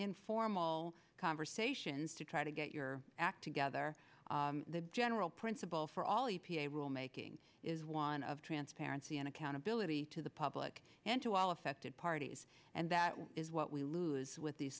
informal conversations to try to get your act together the general principle for all e p a rulemaking is one of transparency and accountability to the public and to all affected parties and that is what we lose with these